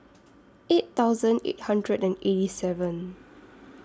eight thousand eight hundred and eighty seven